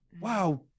wow